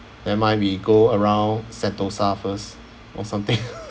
never mind we go around sentosa first or something